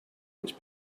much